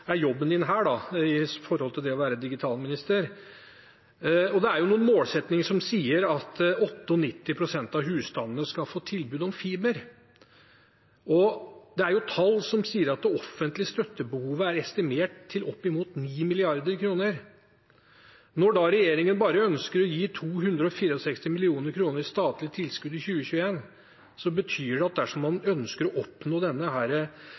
er statsrådens jobb her, når det gjelder det å være digitalminister. Det er noen målsettinger som sier at 98 pst. av husstandene skal få tilbud om fiber, og det er tall som sier at det offentlige støttebehovet er estimert til opp mot 9 mrd. kr. Når regjeringen da ønsker å gi bare 264 mill. kr i statlig tilskudd i 2021, betyr det at dersom man ønsker å oppnå denne målsettingen på 98 pst., tar det 34 år. Er